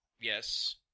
Yes